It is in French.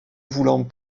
voulant